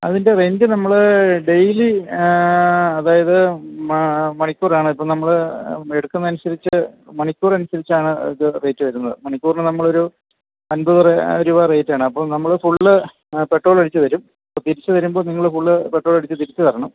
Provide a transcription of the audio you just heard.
അതിന്റെ റെൻറ് നമ്മൾ ഡെയ്ലി അതായത് മണിക്കൂറാണ് ഇപ്പോൾ നമ്മൾ എടുക്കുന്നതിന് അനുസരിച്ച് മണിക്കൂർ അനുസരിച്ചാണത് റേറ്റ് വരുന്നത് മണിക്കൂറിന് നമ്മൾ ഒരു അൻപത് രൂപ രൂപ റേറ്റാണ് അപ്പോൾ നമ്മൾ ഫുള്ള് അ പെട്രോളൊഴിച്ച് തരും അപ്പോൾ തിരിച്ച് തരുമ്പോൾ നിങ്ങൾ ഫുള്ള് പെട്രോളടിച്ച് തിരിച്ച് തരണം